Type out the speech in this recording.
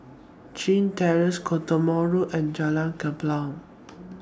Chin Terrace Cottesmore Road and Jalan Kelempong